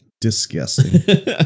disgusting